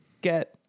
get